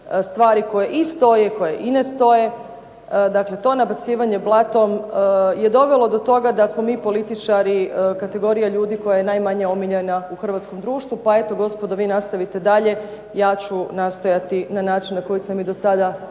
stvari koje i stoje, koje i ne stoje. Dakle, to nabacivanje blatom je dovelo do toga da smo mi političari kategorija ljudi koja je najmanje omiljena u hrvatskom društvu pa eto gospodo vi nastavite dalje, ja ću nastojati na način na koji sam i do sada nastupala